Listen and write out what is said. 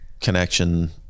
connection